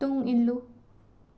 ꯇꯨꯡ ꯏꯜꯂꯨ